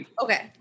Okay